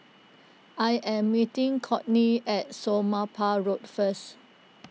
I am meeting Cortney at Somapah Road first